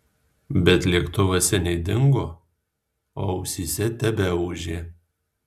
bet lėktuvas seniai dingo o ausyse tebeūžė